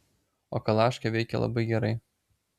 o kalaškė veikia labai gerai